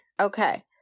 Okay